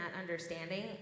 understanding